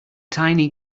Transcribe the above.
tiny